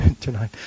tonight